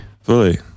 Fully